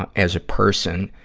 as a person.